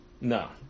No